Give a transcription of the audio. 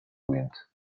wind